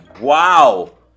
Wow